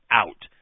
out